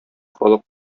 халык